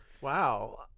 Wow